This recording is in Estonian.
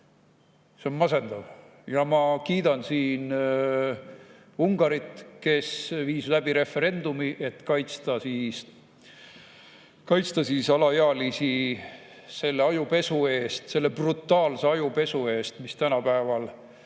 see on masendav. Ma kiidan siin Ungarit, kes viis läbi referendumi, et kaitsta alaealisi selle ajupesu eest. Selle brutaalse ajupesu eest, mis tänapäeval